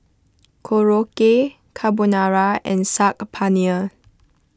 Korokke Carbonara and Saag Paneer